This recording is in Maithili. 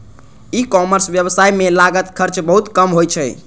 ई कॉमर्स व्यवसाय मे लागत खर्च बहुत कम होइ छै